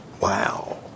Wow